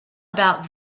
about